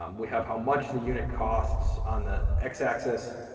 um we have how much the unit costs on the x-axis.